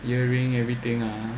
earring everything ah